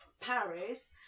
Paris